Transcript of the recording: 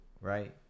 right